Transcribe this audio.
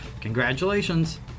congratulations